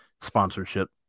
sponsorship